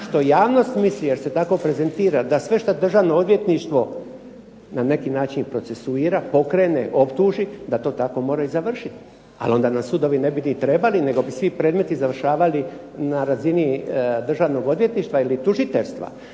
što javnost misli, jer se tako prezentira da sve što državno odvjetništvo na neki način procesuira, pokrene, optuži da to tako mora i završiti, ali onda nam sudovi ne bi ni trebali nego bi svi predmeti završavali na razini državnog odvjetništva ili tužiteljstva.